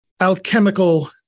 alchemical